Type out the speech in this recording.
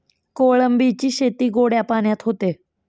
कोळंबीची शेती गोड्या पाण्यात होते